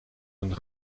een